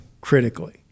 critically